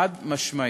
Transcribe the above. חד-משמעית.